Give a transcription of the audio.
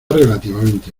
relativamente